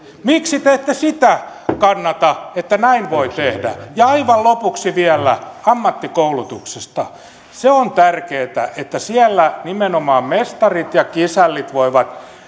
miksi te ette sitä kannata että näin voi tehdä ja aivan lopuksi vielä ammattikoulutuksesta se on tärkeää että siellä nimenomaan mestarit ja kisällit voivat